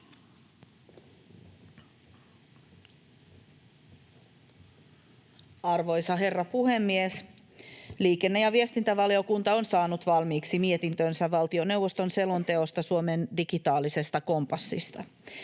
Arvoisa herra puhemies! Liikenne- ja viestintävaliokunta on saanut valmiiksi mietintönsä valtioneuvoston selonteosta Suomen digitaalisesta kompassista.